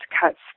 cuts